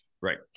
Right